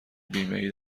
بیمهای